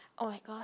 oh my god